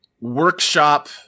workshop